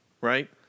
right